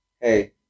hey